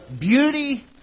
beauty